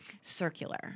circular